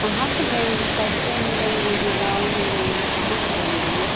कहाँ पर लेंगी कस्बे में लेंगी कि गाँव में लेंगी कहाँ पर लेंगी